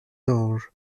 ange